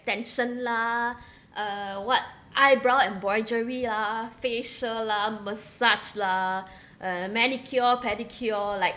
extension lah uh what eyebrow embroidery lah facial lah massage lah uh manicure pedicure like